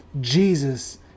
Jesus